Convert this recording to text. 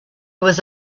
was